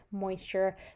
moisture